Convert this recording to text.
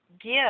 give